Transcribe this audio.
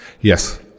Yes